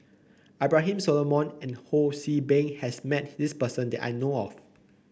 Abraham Solomon and Ho See Beng has met this person that I know of